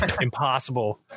impossible